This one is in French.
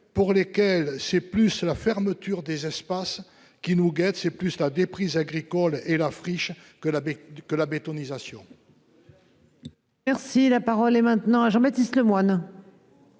pour lesquels c'est plus la fermeture des espaces qui nous guette, c'est plus la déprise agricole et la friche que la bête que la bétonisation. Merci la parole est maintenant à Jean-Baptiste Lemoyne.